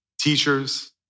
teachers